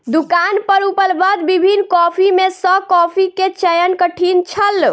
दुकान पर उपलब्ध विभिन्न कॉफ़ी में सॅ कॉफ़ी के चयन कठिन छल